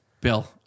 Bill